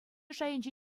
шайӗнчи